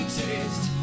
taste